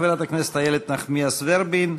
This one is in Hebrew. חברת הכנסת איילת נחמיאס ורבין,